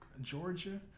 Georgia